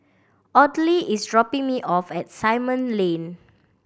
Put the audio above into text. Audley is dropping me off at Simon Lane